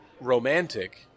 romantic